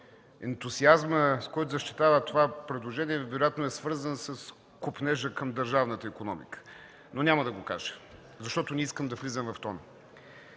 ентусиазмът, с който защитава това предложение, за избирателя е свързан с копнежа към държавната икономика. Но няма да го кажа, защото не искам да влизам в тон